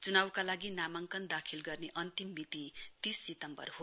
चुनाउका लागि नामाङ्कन दाखिल गर्ने अन्तिम मिति तीस सितम्वर हो